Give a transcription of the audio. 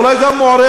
אולי גם מוערכת,